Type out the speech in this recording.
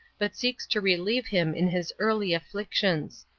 but seeks to relieve him in his early afflictions.